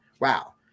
Wow